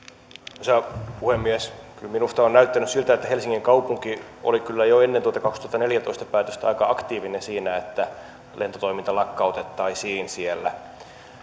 arvoisa puhemies kyllä minusta on näyttänyt siltä että helsingin kaupunki oli kyllä jo ennen tuota vuoden kaksituhattaneljätoista päätöstä aika aktiivinen siinä että lentotoiminta lakkautettaisiin siellä